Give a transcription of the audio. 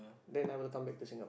then I will come back to Singap~